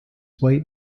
white